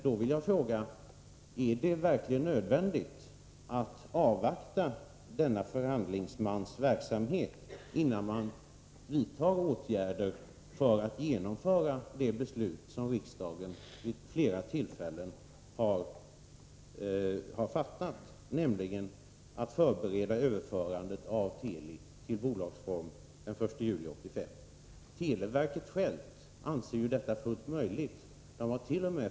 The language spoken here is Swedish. Då vill jag fråga: Är det verkligen nödvändigt att avvakta förhandlingsmannens verksamhet innan regeringen vidtar åtgärder för att genomföra det beslut som riksdagen vid flera tillfällen har fattat, dvs. förbereder överförandet av Teli till bolagsform den 1 juli 1985? Televerket självt anser en sådan överföring fullt möjlig och hart.o.m.